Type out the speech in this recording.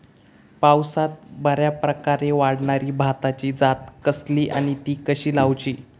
पावसात बऱ्याप्रकारे वाढणारी भाताची जात कसली आणि ती कशी लाऊची?